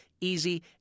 easy